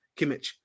Kimmich